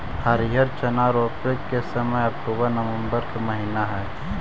हरिअर चना रोपे के समय अक्टूबर नवंबर के महीना हइ